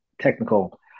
technical